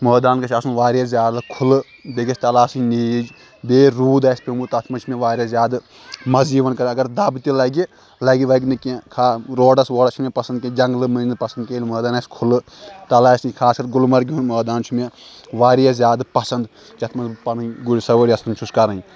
مٲدان گژھِ آسُن واریاہ زیادٕ کھُلہٕ بیٚیہِ گژھِ تلہٕ آسٕنۍ نیٖج بیٚیہِ روٗد آسہِ پیٚومُت تتھ منٛز چھ مےٚ واریاہ زیادٕ مزٕ یِوان کر اگر دب تہِ لگہِ لگہِ وگہِ نہٕ کینٛہہ خا روڈس ووڈس چھُنہٕ مےٚ پسنٛد کینٛہہ جنگلہٕ مٔنٛزۍ چھُنہٕ مےٚ پسنٛد کینٛہہ ییٚلہِ مٲدان آسہِ کھُلہٕ تلہٕ آسہِ خاص کر گُلمرگہِ ہُنٛد مٲدان چھُ مےٚ واریاہ زیادٕ پسنٛد یتھ منٛز بہٕ پنٕنۍ گُرۍ سوٲرۍ یژھان چھُس کرٕنۍ